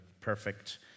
perfect